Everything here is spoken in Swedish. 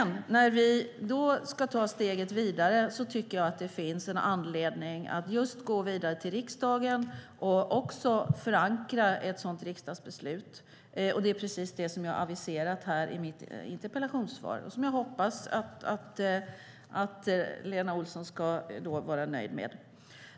När vi ska ta steget vidare finns det anledning att gå till riksdagen och förankra ett sådant beslut. Det är vad jag aviserar i mitt interpellationssvar som jag hoppas att Lena Olsson är nöjd med.